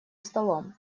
столом